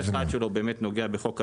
מרכיב אחד שלו באמת נוגע בחוק האנג'לים.